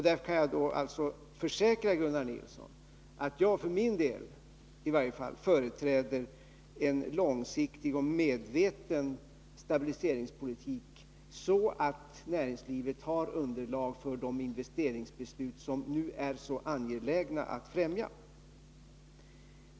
Därför kan jag försäkra Gunnar Nilsson att i varje fall jag för min del företräder en långsiktig och medveten stabiliseringspolitik, som innebär att näringslivet har underlag för de investeringsbeslut som det nu är så angeläget att främja.